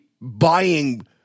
buying